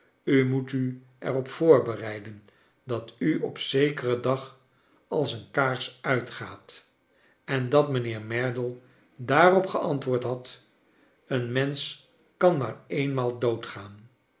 u moet u er op voorbereide i dat u op zekeren dag als een kaars uitgaat en dat mijnheer merdle daarop geatatwoord had een mensch kan maar eenmaal